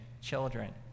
children